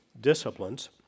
disciplines